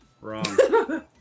Wrong